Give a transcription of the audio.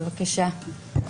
בבקשה.